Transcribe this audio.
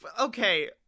Okay